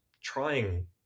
trying